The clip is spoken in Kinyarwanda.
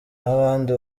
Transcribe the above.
n’abandi